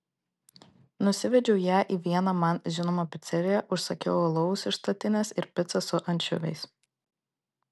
nusivedžiau ją į vieną man žinomą piceriją užsakiau alaus iš statinės ir picą su ančiuviais